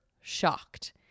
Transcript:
shocked